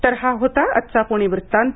तर हा होता आजचा पुणे वृत्तांत